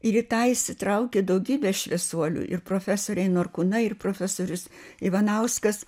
ir į tą įsitraukė daugybė šviesuolių ir profesoriai norkūnai ir profesorius ivanauskas